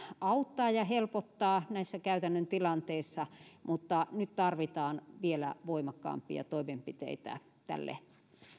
auttaa ja helpottaa näissä käytännön tilanteissa mutta nyt tarvitaan vielä voimakkaampia toimenpiteitä tälle